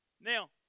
Now